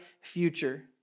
future